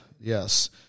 Yes